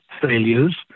failures